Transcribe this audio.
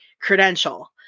credential